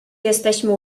jesteśmy